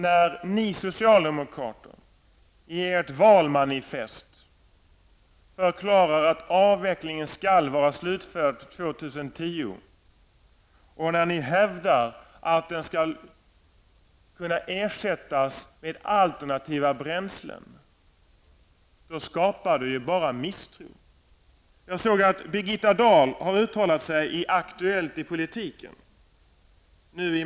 När ni socialdemokrater i ert valmanifest förklarar att avvecklingen skall vara slutförd till år 2010 och när ni hävdar att kärnkraften skall kunna ersättas med alternativa bränslen, skapar ni bara misstro. Jag såg att Birgitta Dahl i maj månad har uttalat sig i Aktuellt i politiken.